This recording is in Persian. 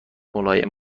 ملایم